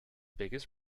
biggest